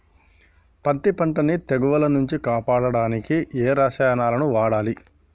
పత్తి పంటని తెగుల నుంచి కాపాడడానికి ఏ రసాయనాలను వాడాలి?